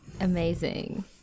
amazing